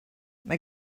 mae